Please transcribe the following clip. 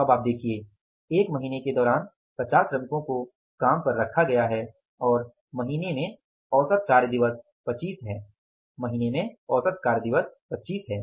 अब आप देखिये एक महीने के दौरान 50 श्रमिकों को नियुक्त किया गया था और महीने में औसत कार्य दिवस 25 हैं महीने में औसत कार्य दिवस 25 हैं